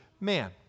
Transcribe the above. man